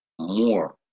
more